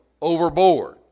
overboard